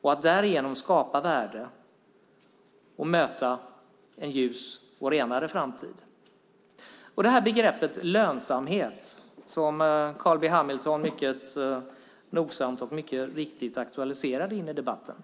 och att man därigenom skapar värden och möter en ljus och renare framtid. Carl B Hamilton aktualiserade begreppet lönsamhet.